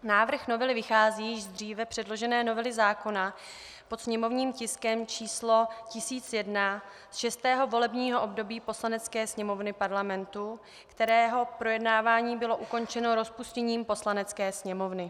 Návrh novely vychází z již třeba předložené novely zákona pod sněmovním tiskem číslo 1001 ze šestého volebního období Poslanecké sněmovny Parlamentu, jehož projednávání bylo ukončeno rozpuštěním Poslanecké sněmovny.